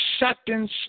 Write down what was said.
acceptance